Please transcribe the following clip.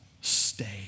stay